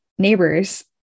neighbors